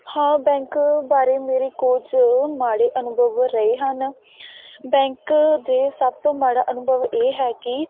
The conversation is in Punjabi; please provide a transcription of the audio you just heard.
ਹਾਂ ਬੈਂਕ ਬਾਰੇ ਮੇਰੇ ਕੁਝ ਮਾੜੇ ਅਨੁਭਵ ਰਹੇ ਹਨ ਬੈਂਂਕ ਦੇ ਸਭ ਤੋਂ ਮਾੜਾ ਅਨੁਭਵ ਇਹ ਹੈ ਕਿ